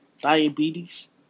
diabetes